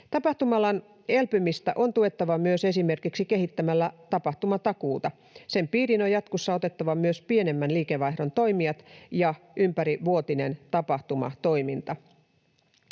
Tapahtuma-alan elpymistä on tuettava myös esimerkiksi kehittämällä tapahtumatakuuta. Sen piiriin on jatkossa otettava myös pienemmän liikevaihdon toimijat ja ympärivuotinen tapahtumatoiminta.